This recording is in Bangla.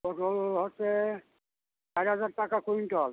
পটল হচ্ছে পাঁচ হাজার টাকা কুইন্টল